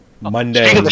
monday